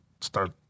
start